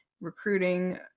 recruiting